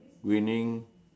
winning